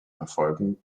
verfolgen